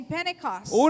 Pentecost